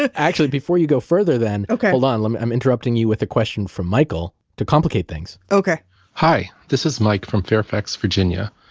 actually before you go further then, hold on i'm i'm interrupting you with a question from michael, to complicate things okay hi, this is mike from fairfax, virginia.